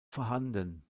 vorhanden